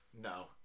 No